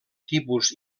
tipus